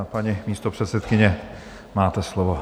Paní místopředsedkyně, máte slovo.